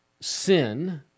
sin